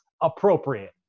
appropriate